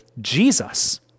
Jesus